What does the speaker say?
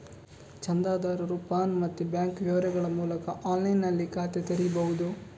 ಚಂದಾದಾರರು ಪಾನ್ ಮತ್ತೆ ಬ್ಯಾಂಕ್ ವಿವರಗಳ ಮೂಲಕ ಆನ್ಲೈನಿನಲ್ಲಿ ಖಾತೆ ತೆರೀಬಹುದು